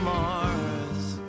Mars